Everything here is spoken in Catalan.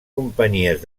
companyies